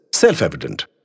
Self-evident